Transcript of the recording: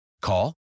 Call